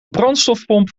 brandstofpomp